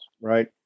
right